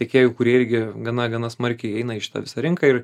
tiekėjų kurie irgi gana gana smarkiai eina į šitą visą rinką ir